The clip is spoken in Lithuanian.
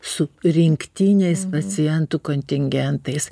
su rinktiniais pacientų kontingentais